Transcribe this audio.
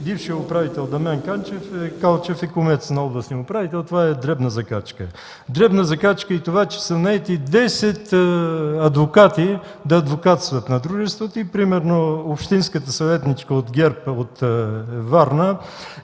бившият управител Дамян Калчев е кумец на областния управител. Това е дребна закачка. Дребна закачка е това, че са наети 10 адвокати, за да адвокатстват на дружеството и примерно общинската съветничка на ГЕРБ от Варна